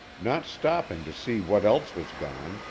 not stopping to see what else was gone,